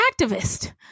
activist